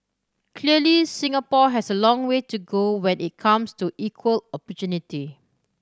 clearly Singapore has a long way to go when it comes to equal opportunity